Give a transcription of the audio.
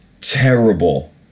terrible